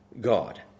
God